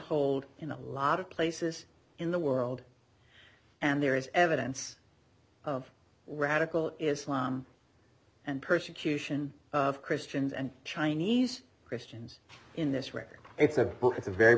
hold in a lot of places in the world and there is evidence of radical islam and persecution of christians and chinese christians in this record it's a